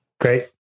Great